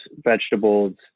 vegetables